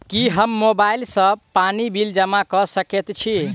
की हम मोबाइल सँ पानि बिल जमा कऽ सकैत छी?